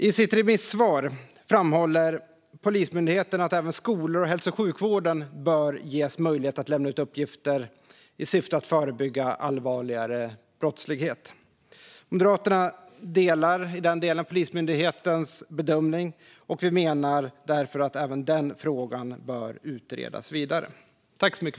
I sitt remissvar framhåller Polismyndigheten att även skolor och hälso och sjukvården bör ges möjlighet att lämna ut uppgifter i syfte att förebygga allvarligare brottslighet. Moderaterna delar i den delen Polismyndighetens bedömning, och vi menar därför att även den frågan bör utredas vidare.